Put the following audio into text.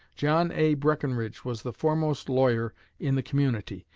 john a. breckenridge was the foremost lawyer in the community,